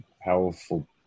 powerful